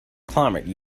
climate